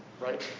Right